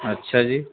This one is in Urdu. اچھا جی